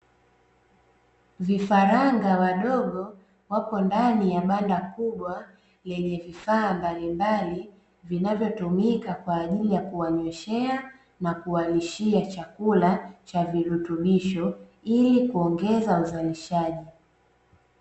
Vifaranga wadogo wapo ndani ya banda kubwa lenye vifaa mbalimbali vinavyotumika Kwa ajili ya kuwa nyweshea na kuwalishia chakula Cha virutubisho Kwa ajili ya kuongeza uzalishaji.